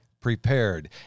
prepared